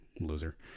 Loser